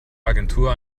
agentur